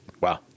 Wow